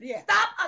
Stop